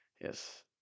Yes